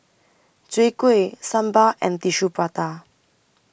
Chwee Kueh Sambal and Tissue Prata